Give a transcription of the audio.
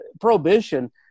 prohibition